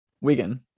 Wigan